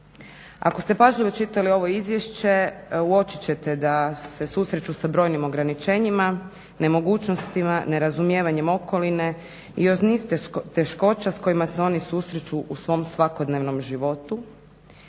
Ako ste pažljivo čitali ovo izvješće uočit ćete da se susreću sa brojnim ograničenjima, nemogućnostima, nerazumijevanjem okoline i još niz teškoća s kojima se oni susreću u svom svakodnevnom životu.